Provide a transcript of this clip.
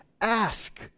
ask